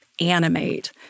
animate